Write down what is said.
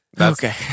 Okay